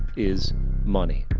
is money.